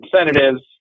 incentives